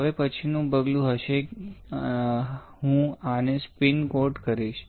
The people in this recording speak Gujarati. હવે પછીનું પગલું હશે હું આને સ્પિન કોટ કરીશ